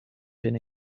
been